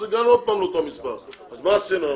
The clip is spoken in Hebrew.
אז הגענו עוד פעם לאותו מספר אז מה עשינו?